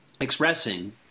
expressing